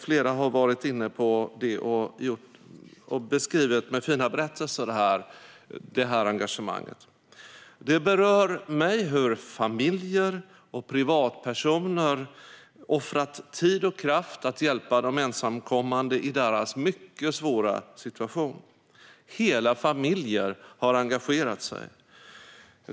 Flera har varit inne på det här och beskrivit engagemanget med fina berättelser. Det berör mig hur familjer och privatpersoner har offrat tid och kraft för att hjälpa de ensamkommande i deras mycket svåra situation. Hela familjer har engagerat sig.